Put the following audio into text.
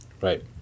Right